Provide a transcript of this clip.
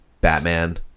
Batman